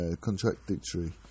contradictory